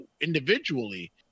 individually